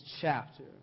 chapter